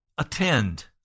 Attend